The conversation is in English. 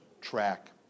track